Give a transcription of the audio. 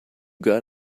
got